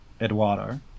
Eduardo